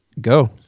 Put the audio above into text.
go